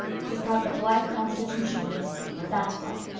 he's got the blythe constitution in his favor, that's what.